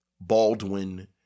Baldwin